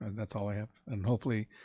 that's all i have. and hopefully,